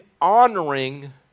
honoring